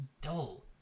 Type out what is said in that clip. dull